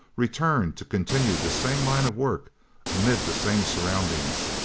return to continue this same line of work amid the same surroundings,